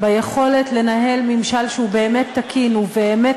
ביכולת לנהל ממשל שהוא באמת תקין ובאמת